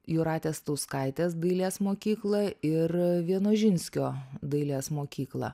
jūratės stauskaitės dailės mokyklą ir vienožinskio dailės mokyklą